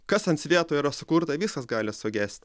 kas ant svieto yra sukurta viskas gali sugesti